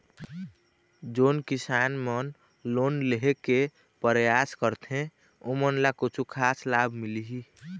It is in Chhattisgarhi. जोन किसान मन लोन लेहे के परयास करथें ओमन ला कछु खास लाभ मिलही?